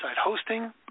hosting